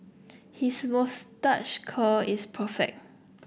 his moustache curl is perfect